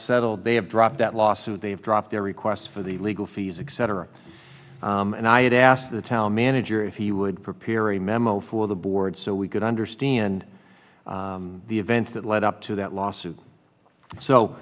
settled they have dropped that lawsuit they have dropped their request for the legal fees etc and i had asked the town manager if he would prepare a memo for the board so we could understand the events that led up to that lawsuit so